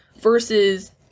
versus